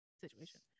situation